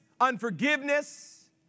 unforgiveness